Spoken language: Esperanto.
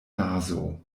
nazo